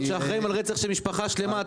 שאחראים על רצח של משפחה שלמה?